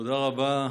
תודה רבה,